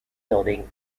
building